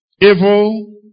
Evil